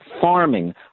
farming